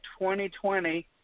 2020